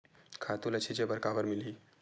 खातु ल छिंचे बर काबर मिलही?